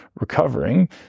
recovering